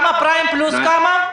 פריים פלוס כמה?